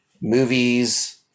movies